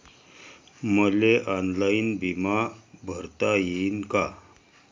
मले ऑनलाईन बिमा भरता येईन का?